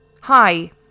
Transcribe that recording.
Hi